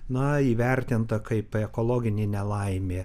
na įvertinta kaip ekologinė nelaimė